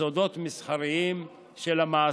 בסודות מסחריים של המעסיק.